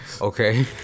okay